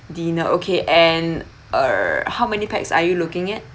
dinner okay and uh how many pax are you looking at